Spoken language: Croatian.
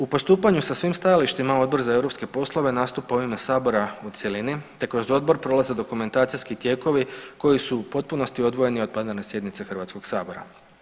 U postupanju sa svim stajalištima Odbor za europske poslova nastupa u ime Sabora u cjelini te kroz Odbor prolaze dokumentacijski tijekovi koji su u potpunosti odvojeni od planirane sjednice Hrvatskoga sabora.